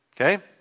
Okay